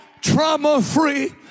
trauma-free